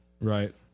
Right